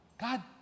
God